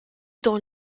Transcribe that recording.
dans